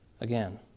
again